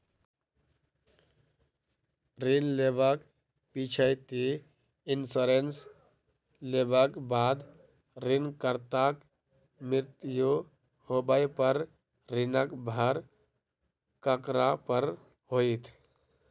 ऋण लेबाक पिछैती इन्सुरेंस लेबाक बाद ऋणकर्ताक मृत्यु होबय पर ऋणक भार ककरा पर होइत?